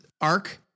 arc